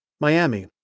Miami